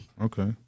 Okay